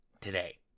Today